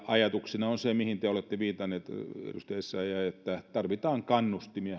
ajatuksena on se mihin te olette viitannut edustaja essayah että tarvitaan kannustimia